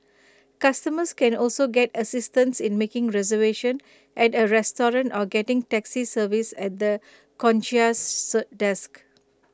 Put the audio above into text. customers can also get assistance in making reservation at A restaurant or getting taxi service at the concierge desk